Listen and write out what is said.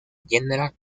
general